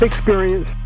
Experience